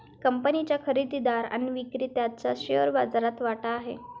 कंपनीच्या खरेदीदार आणि विक्रेत्याचा शेअर बाजारात वाटा आहे